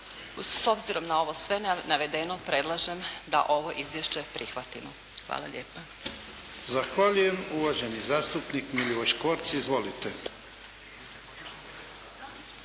S obzirom na ovo sve navedeno predlažem da ovo izvješće prihvatimo. Hvala lijepa. **Jarnjak, Ivan (HDZ)** Zahvaljujem. Uvaženi zastupnik Milivoj Škvorc. Izvolite.